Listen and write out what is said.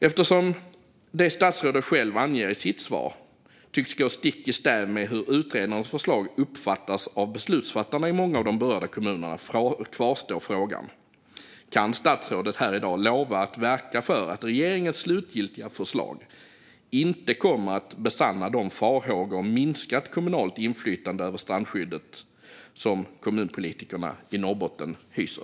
Eftersom det som statsrådet anger i sitt svar tycks gå stick i stäv med hur utredarnas förslag uppfattas av beslutsfattarna i många av de berörda kommunerna kvarstår frågan: Kan statsrådet här i dag lova att verka för att regeringens slutgiltiga förslag inte kommer att besanna de farhågor om minskat kommunalt inflytande över strandskyddet som kommunpolitikerna i Norrbotten hyser?